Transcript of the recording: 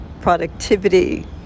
Productivity